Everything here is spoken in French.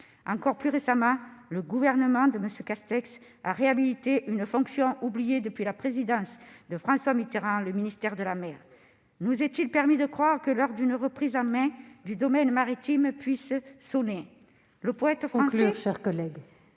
Encore plus récemment, le gouvernement de M. Castex a réhabilité une fonction oubliée depuis la présidence de François Mitterrand, le ministère de la mer. Nous est-il permis de croire que l'heure d'une reprise en main du domaine maritime puisse sonner ?